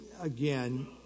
again